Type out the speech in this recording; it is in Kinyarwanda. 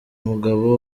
umugabo